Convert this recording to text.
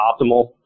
optimal